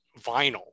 vinyl